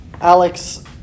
Alex